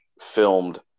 filmed